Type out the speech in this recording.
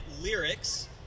lyrics